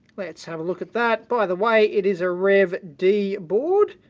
let's have a look at that. by the way, it is a rev d board,